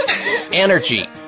Energy